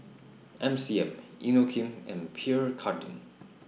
M C M Inokim and Pierre Cardin